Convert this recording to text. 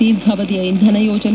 ದೀರ್ಘಾವಧಿಯ ಇಂಧನ ಯೋಜನೆ